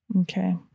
Okay